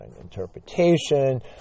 interpretation